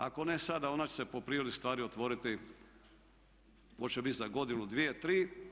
Ako ne sada, onda će se po prirodi stvari otvoriti hoće bit za godinu, dvije, tri.